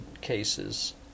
cases